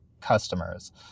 customers